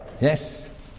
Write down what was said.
Yes